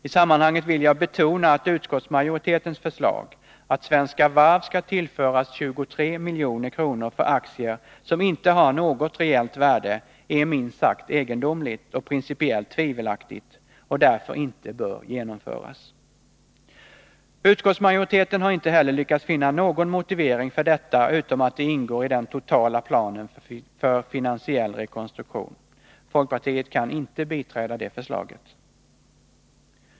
I sammanhanget vill jag betona att utskottsmajoritetens förslag, att Svenska Varv skall tillföras 23 milj.kr. för aktier som inte har något reellt värde, är minst sagt egendomligt och principiellt tvivelaktigt och bör därför inte genomföras. Utskottsmajoriteten har inte heller lyckats finna någon motivering för detta, utom att det ingår i den totala planen för finansiell rekonstruktion. Folkpartiet kan inte biträda det förslaget.